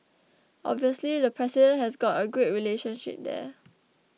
obviously the president has got a great relationship there